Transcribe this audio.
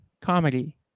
comedy